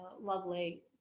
lovely